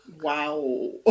Wow